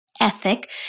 ethic